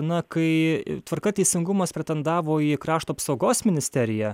na kai tvarka teisingumas pretendavo į krašto apsaugos ministeriją